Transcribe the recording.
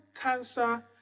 cancer